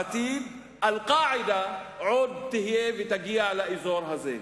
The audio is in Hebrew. בעתיד "אל-קאעידה" עוד תגיע לאזור הזה.